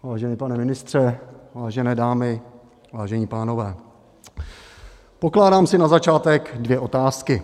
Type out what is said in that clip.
Vážený pane ministře, vážené dámy, vážení pánové, pokládám si na začátek dvě otázky.